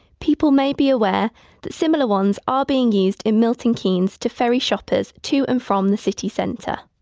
people may be aware that similar ones are being used in milton keynes to ferry shoppers to and from the city centre.